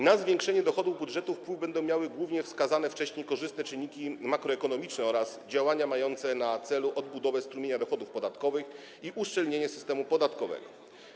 Na zwiększenie dochodów budżetu wpływ będą miały głównie wskazane wcześniej korzystne czynniki makroekonomiczne oraz działania mające na celu odbudowę strumienia dochodów podatkowych i uszczelnienie systemu podatkowego.